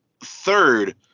third